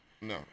No